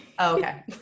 Okay